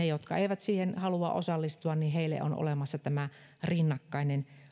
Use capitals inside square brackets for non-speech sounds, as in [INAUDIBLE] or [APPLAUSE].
[UNINTELLIGIBLE] jotka eivät siihen halua osallistua on olemassa rinnakkainen